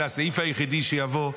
זה הסעיף היחידי שיבוא.